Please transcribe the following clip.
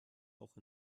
auch